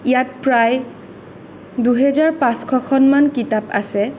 ইয়াত প্ৰায় দুহেজাৰ পাঁচশ খন মান কিতাপ আছে